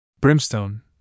Brimstone